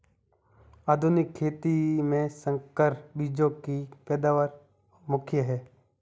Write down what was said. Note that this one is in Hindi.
आधुनिक खेती में संकर बीजों की पैदावार मुख्य हैं